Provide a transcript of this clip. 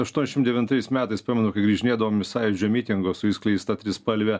aštuoniasdešim devintais metais pamenu kai grįžinėdavom iš sąjūdžio mitingo su išskleista trispalve